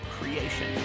creation